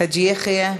חאג' יחיא,